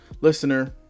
Listener